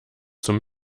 zum